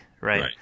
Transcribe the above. right